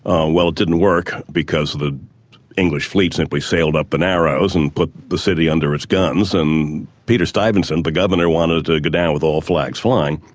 um well, it didn't work, because the english fleet simply sailed up the narrows and put the city under its guns, and peter stuyvesant, the governor, wanted to go down with all flags flying,